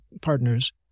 partners